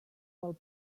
del